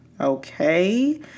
okay